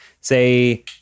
Say